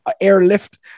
airlift